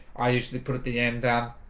i usually put at the end um